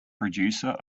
producer